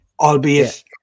Albeit